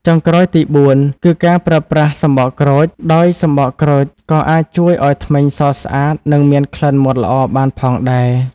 ចុងក្រោយទីបួន គឺការប្រើប្រាស់សំបកក្រូច ដោយសំបកក្រូចក៏អាចជួយឲ្យធ្មេញសស្អាត និងមានក្លិនមាត់ល្អបានផងដែរ។